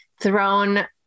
thrown